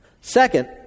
Second